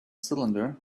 cylinder